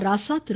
Raja Thiru